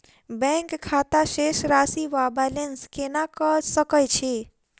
Bank खाता शेष राशि वा बैलेंस केना कऽ सकय छी?